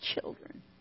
children